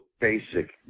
basic